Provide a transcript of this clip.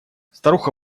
старуха